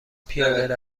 پیاده